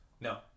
No